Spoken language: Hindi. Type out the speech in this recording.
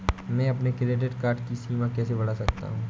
मैं अपने क्रेडिट कार्ड की सीमा कैसे बढ़ा सकता हूँ?